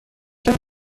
کمی